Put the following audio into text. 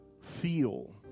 feel